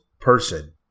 person